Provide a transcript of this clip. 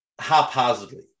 haphazardly